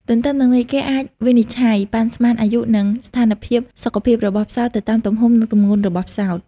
ទន្ទឹមនឹងនេះគេអាចវិនិឆ័យ ប៉ាន់ស្មានអាយុ និងស្ថានភាពសុខភាពរបស់ផ្សោតទៅតាម ទំហំ និងទម្ងន់របស់ផ្សោត។